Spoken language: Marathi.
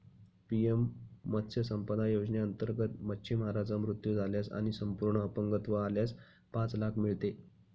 पी.एम मत्स्य संपदा योजनेअंतर्गत, मच्छीमाराचा मृत्यू झाल्यास आणि संपूर्ण अपंगत्व आल्यास पाच लाख मिळते